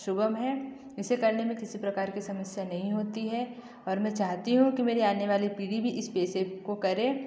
सुगम है इसे करने में किसी प्रकार कि समस्या नहीं होती है और मैं चाहती हूँ कि मेरे आने वाले पीढ़ी भी इस पेशे को करे